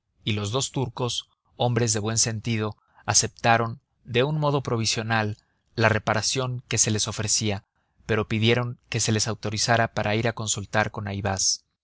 y los dos turcos hombres de buen sentido aceptaron de un modo provisional la reparación que se les ofrecía pero pidieron que se les autorizara para ir a consultar con ayvaz los